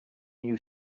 you